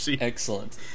Excellent